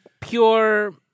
pure